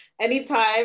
anytime